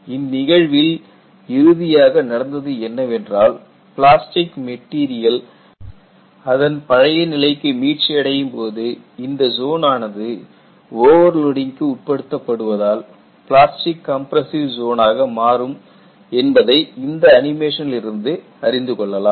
இந்நிகழ்வில் இறுதியாக நடந்தது என்னவென்றால் பிளாஸ்டிக் மெட்டீரியல் அதன் பழைய நிலைக்கு மீட்சி அடையும் போது இந்த ஜோன் ஆனது ஓவர்லோடிங்க்கு உட்படுத்தப் படுவதால் பிளாஸ்டிக் கம்பிரஸ்ஸிவ் ஜோன் ஆக மாறும் என்பதை இந்த அனிமேஷனிலிருந்து அறிந்து கொள்ளலாம்